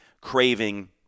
craving